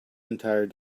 entire